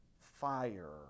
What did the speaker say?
fire